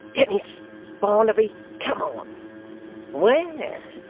dennis barnaby come on where?